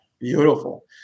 Beautiful